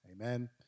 Amen